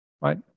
Right